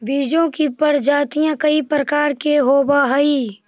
बीजों की प्रजातियां कई प्रकार के होवअ हई